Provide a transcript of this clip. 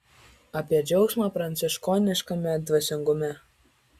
apie džiaugsmą pranciškoniškame dvasingume